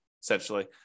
essentially